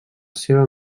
seva